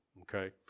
okay